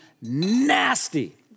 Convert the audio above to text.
nasty